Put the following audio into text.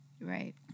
Right